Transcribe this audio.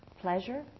pleasure